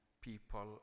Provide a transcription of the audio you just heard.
people